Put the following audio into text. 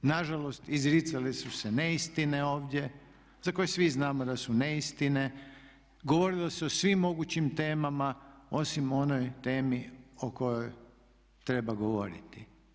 Nažalost izricale su se neistine ovdje za koje svi znamo da su neistine, govorilo se o svim mogućim temama osim o onoj temi o kojoj treba govoriti.